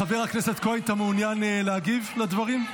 חבר הכנסת כהן, אתה מעוניין להגיב על הדברים?